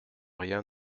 rien